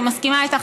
ואני מסכימה איתך,